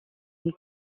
une